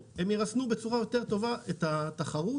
הם ירסנו בצורה יותר טובה את התחרות